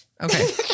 Okay